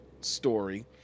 story